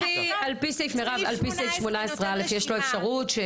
לפי סעיף 18 שיש לו אפשרות.